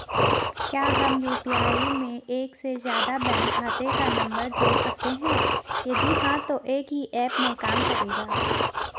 क्या हम यु.पी.आई में एक से ज़्यादा बैंक खाते का नम्बर जोड़ सकते हैं यदि हाँ तो एक ही ऐप में काम करेगा?